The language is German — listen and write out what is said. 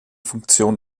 funktion